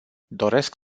doresc